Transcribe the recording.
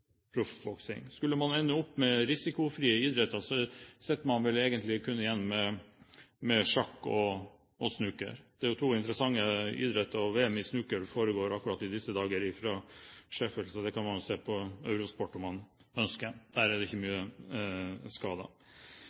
Skulle man ende opp med risikofrie idretter, sitter man vel egentlig kun igjen med sjakk og snooker. Det er jo to interessante idretter – og VM i snooker foregår i disse dager i Sheffield, det kan man se på Eurosport, om man ønsker – der det ikke er mange skader. Jeg kan egentlig ikke